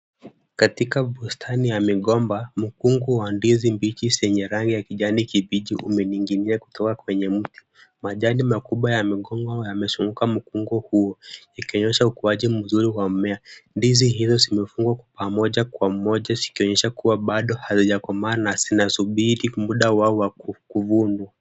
Katika bustani ya migomba, mkungu yenye ndizi mbichi ya rangi ya kijani kibichi imening'inia kutoka kwenye mti. Majani makubwa ya mikungu yamezunguka mikungu hiyo ikionyesha ukuaji mzuri wa mimea. Ndizi hizo zimefungwa kwa pamoja kuonyesha kuwa bado hazijakomaa na zinasubiri muda wao wa kuvunwa.